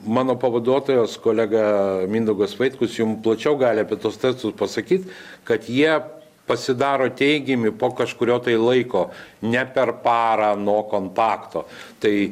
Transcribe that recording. mano pavaduotojas kolega mindaugas vaitkus jum plačiau gali apie tuos testus pasakyt kad jie pasidaro teigiami po kažkurio tai laiko net per parą nuo kontakto tai